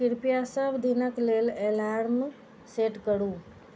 कृपया सब दिनक लेल एलार्म सेट करू